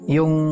Yung